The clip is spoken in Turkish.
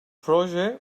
proje